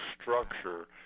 structure